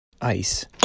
Ice